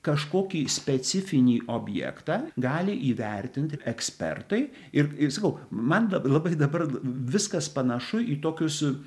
kažkokį specifinį objektą gali įvertinti ekspertai ir ir sakau man la labai dabar viskas panašu į tokius